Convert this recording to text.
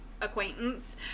Acquaintance